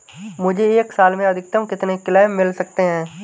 मुझे एक साल में अधिकतम कितने क्लेम मिल सकते हैं?